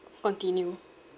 continue